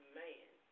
man